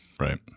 Right